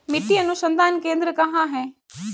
मिट्टी अनुसंधान केंद्र कहाँ है?